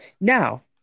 Now